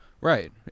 Right